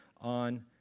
on